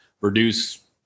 reduce